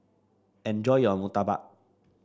enjoy your murtabak